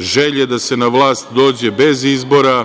želje da se na vlast dođe bez izbora,